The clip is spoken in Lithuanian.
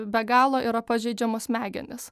be galo yra pažeidžiamos smegenys